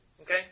Okay